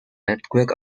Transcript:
earthquake